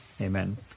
Amen